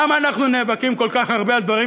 למה אנחנו נאבקים כל כך הרבה על דברים